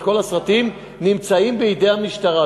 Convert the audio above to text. כל הסרטים נמצאים בידי המשטרה,